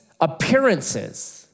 appearances